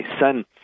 son